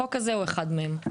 הוק הזה הוא אחד מהם.